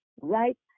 right